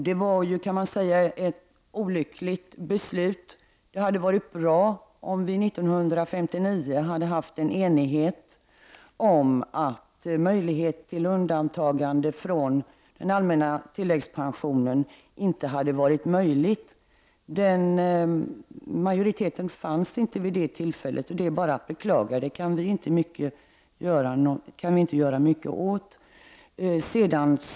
Från början var det ett olyckligt beslut. Det hade varit bra om det 1959 hade rått enighet om att undantagande från den allmänna tilläggspensionen inte var möjligt. Men den majoriteten fanns inte vid det tillfället, och det är bara att beklaga. Vi kan inte göra så mycket åt det nu.